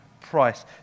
price